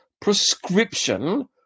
prescription